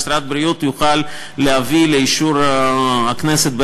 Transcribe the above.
משרד הבריאות יוכל להביא לאישור הכנסת,